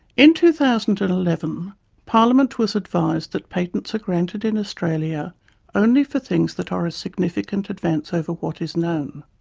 in two thousand and eleven parliament was advised that patents are granted in australia only for things that are a significant advance over what is known.